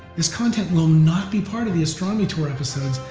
this content will not be part of the astronomy tour episodes,